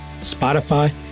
Spotify